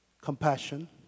Compassion